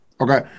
Okay